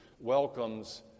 welcomes